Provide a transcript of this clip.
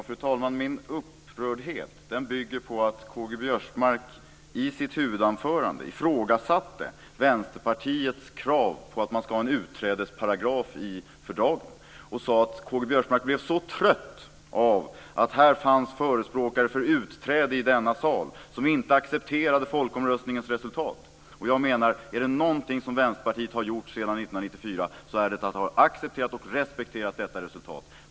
Fru talman! Min upprördhet bygger på att Karl Vänsterpartiets krav på att man ska ha en utträdesparagraf i fördraget och sade att han blev så trött på att det i denna sal fanns förespråkare för utträde som inte accepterade folkomröstningens resultat. Jag menar att om det är någonting som Vänsterpartiet har gjort sedan 1994 så är det att ha accepterat och respekterat detta resultat.